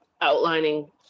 outlining